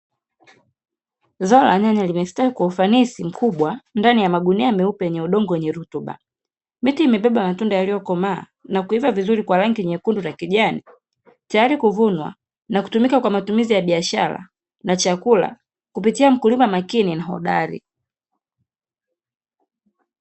Zao la nyanya limestawi kwa ufanisi mkubwa ndani ya magunia meupe yenye udongo wenye rutuba, miti imebeba matunda yaliyokomaa na kuiva vizuri kwa rangi nyekundu na kijani, tayari kuvunwa na kutumika kwa matumizi ya biashara na chakula kupitia mkulima makini na hodari.